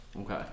Okay